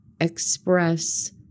express